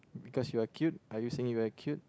because you are cute are you saying you are cute